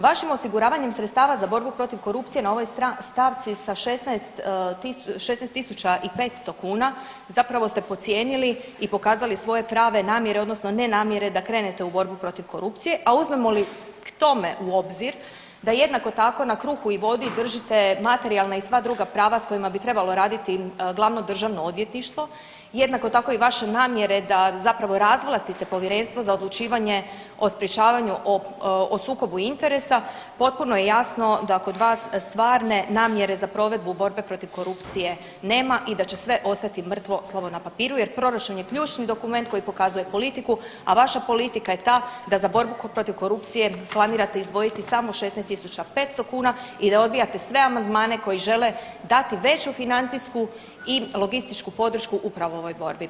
Vašim osiguravanjem sredstava za borbu protiv korupcije na ovoj stavci sa 16 500 kuna zapravo ste podcijenili i pokazali svoje prave namjere odnosno ne namjere da krenete u borbu protiv korupcije, a uzmemo li k tome u obzir da jednako tako na kruhu i vodi držite materijalna i sva druga prava s kojima bi trebalo raditi Glavno državno odvjetništvo, jednako tako i vaše namjere da zapravo razvlastite Povjerenstvo za odlučivanje o sprječavanju, o sukobu interesa, potpuno je jasno da kod vas stvarne namjere za provedbu borbe protiv korupcije nema i da će sve ostati mrtvo slovo na papiru, jer Proračun je ključni dokument koji dokazuje politiku, a vaša politika je ta da za borbu protiv korupcije planirate izdvojiti samo 16.500 kuna i da odbijate sve amandmane koji žele dati veću financijsku i logističku podršku upravo ovoj borbi.